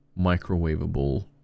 microwavable